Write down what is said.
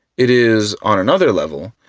it is, on another level,